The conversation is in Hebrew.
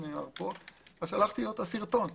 שלחתי לו את הסרטון.